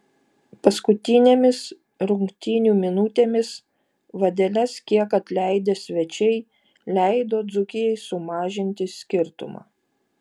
paskutinėmis rungtynių minutėmis vadeles kiek atleidę svečiai leido dzūkijai sumažinti skirtumą